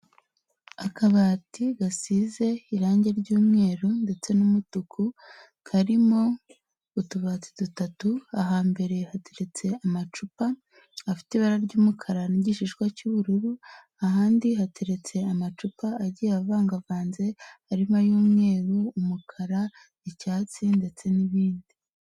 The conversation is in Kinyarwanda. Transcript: Akabati gasize irangi ry'umweru ndetse n'umutuku, karimo utubati dutatu, ahambere hateritse amacupa afite ibara ry'umukara n'igishishwa cy'ubururu, ahandi hateretse amacupa agiye avangavanze arimo ay'umweru, umukara, icyatsi ndetse n'ibindi.